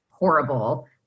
horrible